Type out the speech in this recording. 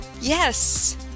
Yes